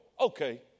Okay